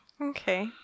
Okay